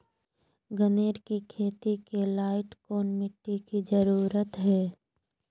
गन्ने की खेती के लाइट कौन मिट्टी की जरूरत है?